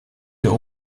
der